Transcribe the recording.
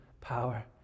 power